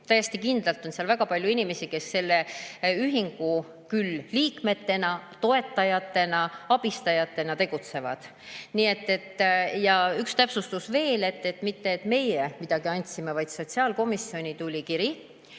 täiesti kindlalt on seal väga palju inimesi, kes selle ühingu liikmetena, toetajatena ja abistajatena tegutsevad. Ja üks täpsustus veel. Mitte et meie midagi andsime, vaid sotsiaalkomisjoni tuli kiri,